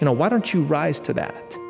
and why don't you rise to that?